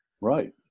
Right